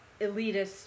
elitist